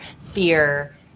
fear